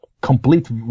complete